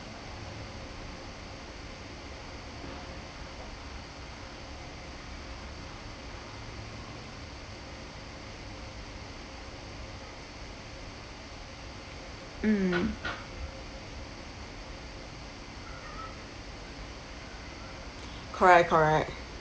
mm correct correct